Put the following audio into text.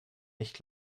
nicht